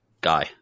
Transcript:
guy